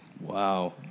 Wow